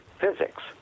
physics